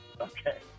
Okay